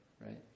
right